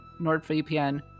NordVPN